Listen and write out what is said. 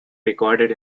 recorded